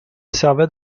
servait